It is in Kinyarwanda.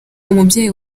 umubyeyi